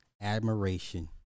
admiration